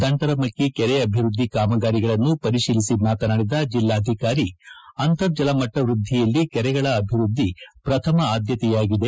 ದಂಟರಮಕ್ಕಿ ಕೆರೆ ಅಭಿವೃದ್ದಿ ಕಾಮಗಾರಿಗಳನ್ನು ಪರಿತೀಲಿಸಿ ಮಾತನಾಡಿದ ಬೆಲ್ಲಾಧಿಕಾರಿ ಅಂತರ್ಜಲ ಮಟ್ಟ ವೃದ್ದಿಯಲ್ಲಿ ಕೆರೆಗಳ ಅಭಿವೃದ್ಧಿ ಪ್ರಥಮ ಆದ್ಯತೆಯಾಗಿದೆ